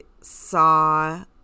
saw